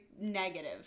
negative